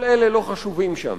כל אלה לא חשובים שם.